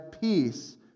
peace